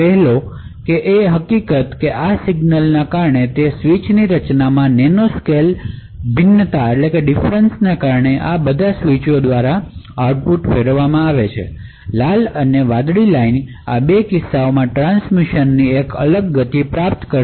પહેલો એ હકીકત છે કે આ સિગ્નલ જે આ સ્વીચ ની રચનામાં નેનોસ્કેલ ભિન્નતાને કારણે આ બધા સ્વીચ માથી જશે ત્યારે લાલ અને વાદળી રેખાઑ ટ્રાન્સમિશનની અલગ અલગ ગતિ પ્રાપ્ત કરશે